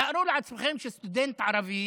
תארו לעצמכם שסטודנט ערבי